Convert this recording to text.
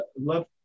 love